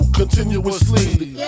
continuously